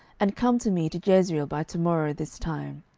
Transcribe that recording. and come to me to jezreel by to morrow this time.